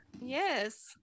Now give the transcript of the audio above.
Yes